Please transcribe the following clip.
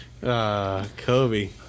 Kobe